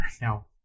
now